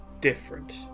different